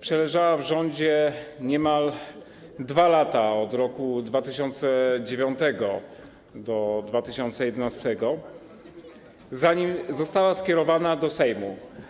przeleżała w rządzie niemal 2 lata, od roku 2009 do roku 2011, zanim została skierowana do Sejmu?